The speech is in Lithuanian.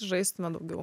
žaistume daugiau